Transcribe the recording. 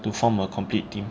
to form a complete team